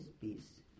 peace